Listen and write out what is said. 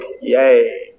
yay